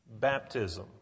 baptism